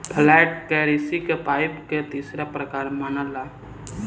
flat currency के पइसा के तीसरा प्रकार मनाला